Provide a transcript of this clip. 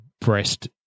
breast